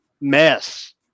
Mess